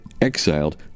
exiled